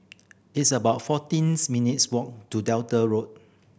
it's about fourteen minutes' walk to Delta Road